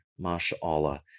Masha'Allah